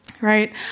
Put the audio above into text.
Right